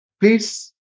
Please